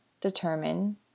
determine